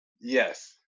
Yes